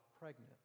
pregnant